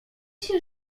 się